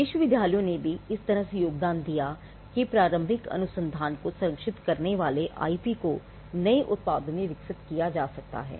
विश्वविद्यालयों ने भी इस तरह से योगदान दिया कि प्रारंभिक अनुसंधान को संरक्षित करने वाले आईपी को नए उत्पादों में विकसित किया जा सकता है